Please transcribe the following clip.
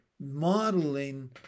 modeling